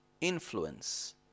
influence